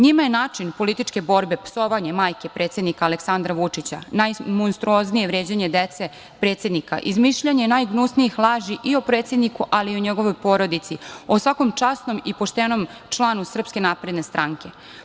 Njima je način političke borbe psovanje majke predsednika Aleksandra Vučića, najmonstruoznije vređanje dece predsednika, izmišljanje najgnusnijih laži i o predsedniku, ali i o njegovoj porodici, o svakom časnom i poštenom članu SNS.